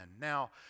Now